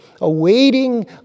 awaiting